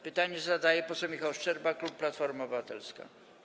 Pytanie zadaje poseł Michał Szczerba, klub Platforma Obywatelska.